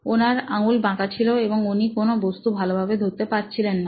ওনার আঙুল বাঁকা ছিল এবং উনি কোন বস্তু ভালোভাবে ধরতেও পারছিলেন না